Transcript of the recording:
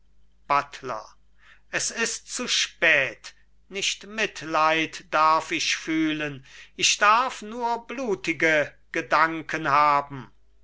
buttler es ist zu spät nicht mitleid darf ich fühlen ich darf nur blutige gedanken haben